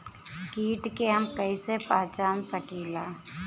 कीट के हम कईसे पहचान सकीला